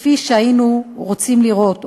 כפי שהיינו רוצים לראות,